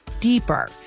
deeper